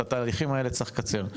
את התהליכים האלו צריך לקצר.